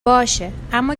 باشه، اما